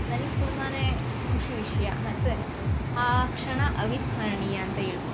ನನಗೆ ತುಂಬಾ ಖುಷಿ ವಿಷಯ ಮತ್ತು ಆ ಕ್ಷಣ ಅವಿಸ್ಮರಣೀಯ ಅಂತ ಹೇಳ್ಬೋದು